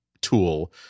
tool